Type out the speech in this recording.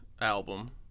album